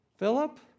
Philip